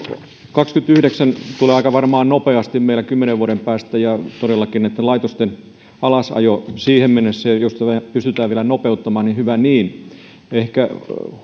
kaksikymmentäyhdeksän tulee varmaan aika nopeasti meille kymmenen vuoden päästä todellakin näitten laitosten alasajo siihen mennessä ja jos tätä pystytään vielä nopeuttamaan niin hyvä niin ehkä